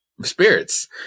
spirits